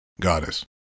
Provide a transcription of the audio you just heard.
Goddess